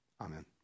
Amen